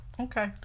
Okay